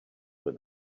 with